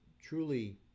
truly